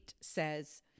says